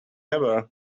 ever